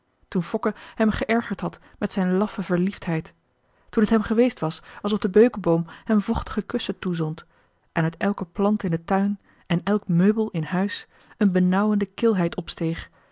fokke hem geërgerd had met zijn laffe verliefdheid toen het hem geweest was alsof de beukeboom hem vochtige kussen toezond en uit elke plant in den tuin en elk meubel in huis een benauwende kilheid opsteeg